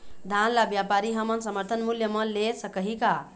धान ला व्यापारी हमन समर्थन मूल्य म ले सकही का?